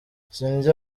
sindya